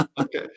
Okay